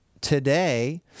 today